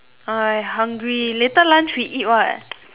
I hungry later lunch we eat what